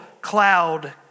cloud